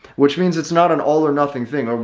which means it's not an all or nothing thing.